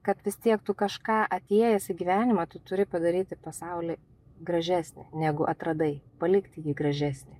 kad vis tiek tu kažką atėjęs į gyvenimą tu turi padaryti pasaulį gražesnį negu atradai palikti jį gražesnį